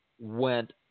went